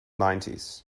nineties